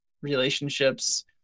relationships